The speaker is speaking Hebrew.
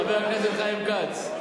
חבר הכנסת חיים כץ,